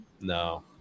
No